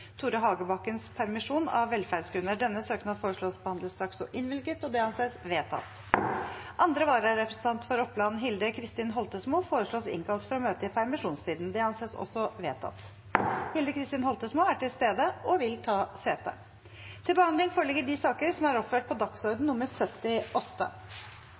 Tore Hagebakkens permisjon, av velferdsgrunner. Etter søknad fra presidenten ble enstemmig besluttet: Søknaden behandles straks og innvilges. Andre vararepresentant for Oppland, Hilde Kristin Holtesmo , innkalles for å møte i permisjonstiden. Hilde Kristin Holtesmo er til stede og vil ta sete. Presidenten vil ordne debatten slik: 5 minutter til